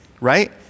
right